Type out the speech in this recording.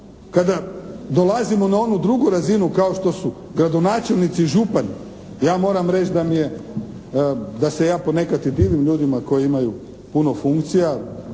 Kada dolazimo na onu drugu razinu kao što su gradonačelnici i župani ja moram reći da mi je, da se ja ponekad i divim ljudima koji imaju puno funkcija,